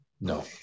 no